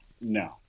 No